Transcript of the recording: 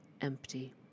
empty